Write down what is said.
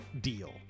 deal